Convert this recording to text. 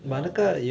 ya